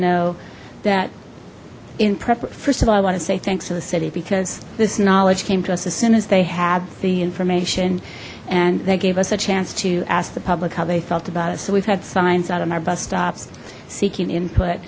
know that in prep first of all i want to say thanks to the city because this knowledge came to us as soon as they have the information and they gave us a chance to ask the public how they felt about it so we've had signs out on our bus stops seeking input